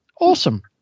awesome